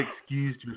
excused